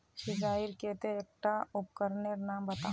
सिंचाईर केते एकटा उपकरनेर नाम बता?